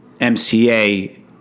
MCA